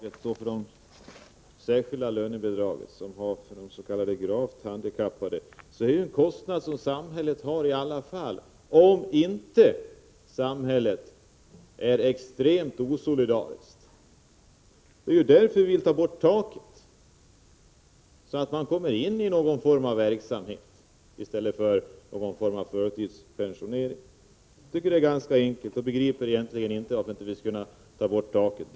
Fru talman! Först till lönebidraget. Det särskilda lönebidraget för de s.k. gravt handikappade är ju en kostnad som samhället under alla förhållanden måste bära, om inte samhället är extremt osolidariskt. Det är ju därför som vi vill ta bort taket, så att det blir fråga om någon form av verksamhet i stället för någon form av förtidspensionering. Jag tycker det hela är ganska enkelt och begriper egentligen inte varför vi inte skulle kunna ta bort taket.